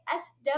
SW